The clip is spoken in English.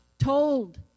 told